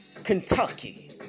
Kentucky